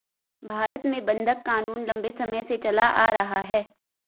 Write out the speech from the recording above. भारत में बंधक क़ानून लम्बे समय से चला आ रहा है